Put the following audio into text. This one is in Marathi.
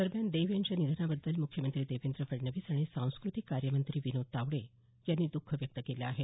दरम्यान देव यांच्या निधनाबद्दल मुख्यमंत्री देवेंद्र फडणवीस आणि सांस्कृतिक कार्यमंत्री विनोद तावडे यांनी दुःख व्यक्त केलं आहे